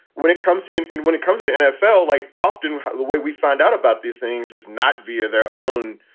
when it comes in in when it comes to nfl, like often the way we find out about these things is not veer their own,